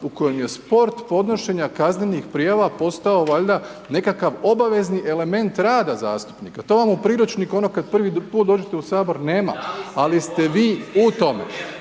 u kojem je sport podnošenja kaznenih prijava postao valjda nekakav obavezni element rada zastupnika, to vam je u priručniku ono kad prvi put dođete u Sabor nema ali ste vi u tom.